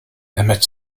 emmett